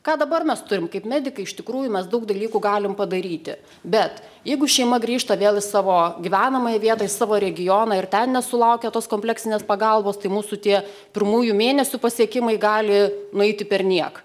ką dabar mes turim kaip medikai iš tikrųjų mes daug dalykų galim padaryti bet jeigu šeima grįžta vėl savo gyvenamąją vietą į savo regioną ir ten nesulaukia tos kompleksinės pagalbos tai mūsų tie pirmųjų mėnesių pasiekimai gali nueiti perniek